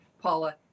Paula